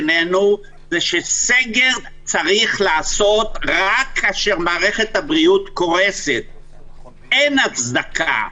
ואחד מהקריטריונים הבאים: נשימות מעל 30 לדקה,